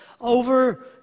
over